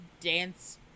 dance